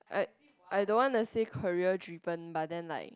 I I don't want to say career driven but then like